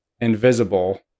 invisible